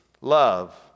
love